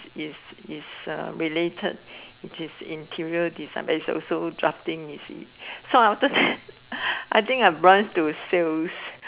is is uh related it is interior design but is also drafting you see so I think I branch to sales